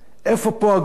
איפה פה הגבול?